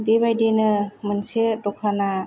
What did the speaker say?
बेबायदिनो मोनसे दखाना